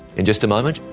in just a moment,